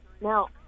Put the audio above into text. now